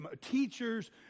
teachers